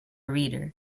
reader